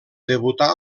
debutà